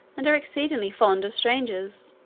and are exceedingly fond of strangers,